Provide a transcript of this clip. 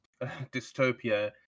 dystopia